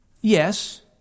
Yes